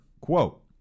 quote